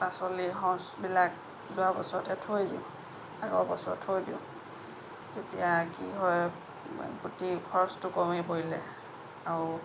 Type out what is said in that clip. পাচলিৰ সঁচবিলাক যোৱা বছৰতে থৈ দিওঁ আগৰ বছৰ থৈ দিওঁ তেতিয়া কি হয় গোটেই খৰচটো কমি পৰিলে আৰু